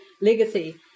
legacy